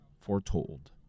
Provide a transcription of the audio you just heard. foretold